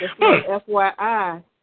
FYI